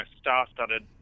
star-studded